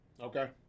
Okay